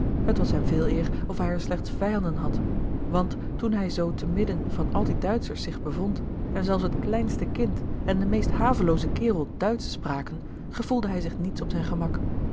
het was hem veeleer of hij er slechts vijanden had want toen hij zoo te midden van al die duitschers zich bevond en zelfs het kleinste kind en de meest havelooze kerel duitsch spraken gevoelde hij zich niets op zijn gemak